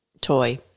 toy